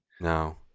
No